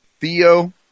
Theo